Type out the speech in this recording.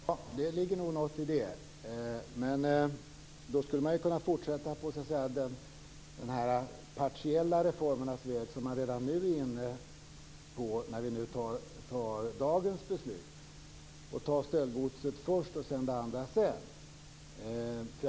Fru talman! Det ligger nog någonting i det. Men då skulle man kunna fortsätta på de partiella reformernas väg som man redan nu är inne på i och med dagens beslut. Man kunde behandla stöldgodset först och det andra senare.